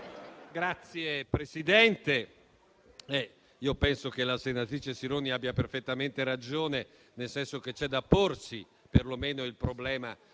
Signor Presidente, penso che la senatrice Sironi abbia perfettamente ragione, nel senso che c'è da porsi perlomeno il problema